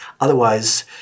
otherwise